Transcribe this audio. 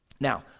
Now